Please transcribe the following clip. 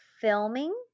filming